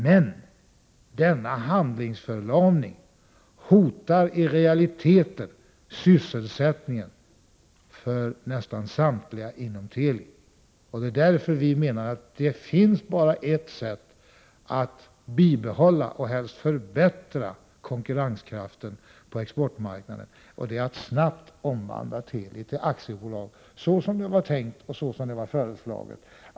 Men denna handlingsförlamning hotar i realiteten sysselsättningen för nästan samtliga inom Teli. Det är därför som vi menar att det finns bara ett sätt att bibehålla och helst förbättra konkurrenskraften på exportmarknaden. Det är att snabbt omvandla Teli till ett aktiebolag, såsom det var tänkt och föreslaget.